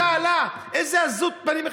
איזו צהלה, איזו עזות פנים.